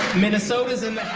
minnesota's in.